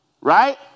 Right